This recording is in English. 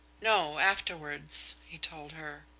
no, afterwards, he told her.